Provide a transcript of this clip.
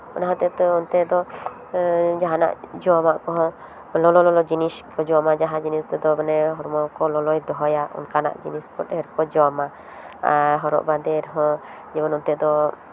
ᱚᱱᱟ ᱦᱚᱛᱮᱡ ᱛᱮ ᱚᱱᱛᱮ ᱫᱚ ᱡᱟᱦᱟᱱᱟᱜ ᱡᱚᱢᱟᱜ ᱠᱚᱦᱚᱸ ᱞᱚᱞᱚ ᱡᱤᱱᱤᱥ ᱠᱚ ᱡᱚᱢᱟ ᱡᱟᱦᱟᱸ ᱡᱤᱱᱤᱥ ᱛᱮᱫᱚ ᱢᱟᱱᱮ ᱦᱚᱲᱢᱚ ᱠᱚ ᱞᱚᱞᱚᱭ ᱫᱚᱦᱚᱭᱟ ᱚᱱᱠᱟᱱᱟᱜ ᱡᱤᱱᱤᱥ ᱠᱚ ᱰᱷᱮᱨ ᱠᱚ ᱡᱚᱢᱟ ᱦᱚᱨᱚᱜ ᱵᱟᱸᱫᱮ ᱨᱮᱦᱚᱸ ᱡᱮᱢᱚᱱ ᱚᱱᱛᱮ ᱫᱚ